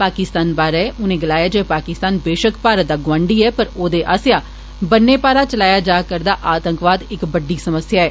पाकिस्तान बारै उनें गलाया जे पाकिस्तान बेशक भारत दा गवांडी ऐ पर ओदे आस्सेआ बन्ने पारा चलाया जा'रदा आतंकवाद इक बड्डी समस्या ऐ